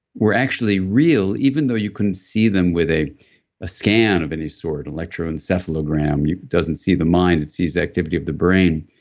were actually real, even though you couldn't see them with a ah scan of any sort. electroencephalogram doesn't see the mind, it sees activity of the brain.